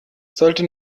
sollte